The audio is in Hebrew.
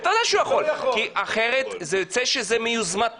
בטח שהוא יכול, כי אחרת זה יוצא שזה מיוזמתם.